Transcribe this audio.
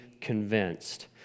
convinced